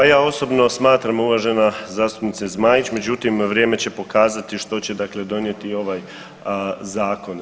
Pa ja osobno smatra uvažena zastupnice Zmajić, međutim vrijeme će pokazati što će dakle donijeti i ovaj zakon.